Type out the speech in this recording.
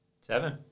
Seven